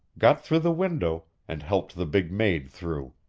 got through the window, and helped the big maid through.